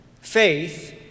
Faith